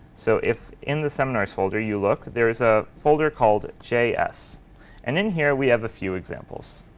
so if in the seminars folder you look, there's a folder called js. and in here, we have a few examples.